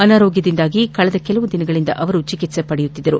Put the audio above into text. ಅನಾರೋಗ್ಲದಿಂದಾಗಿ ಕಳೆದ ಕೆಲವು ದಿನಗಳಿಂದ ಅವರು ಚಿಟಿತ್ಸೆ ಪಡೆಯುತ್ತಿದ್ದರು